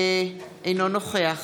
אינו נוכח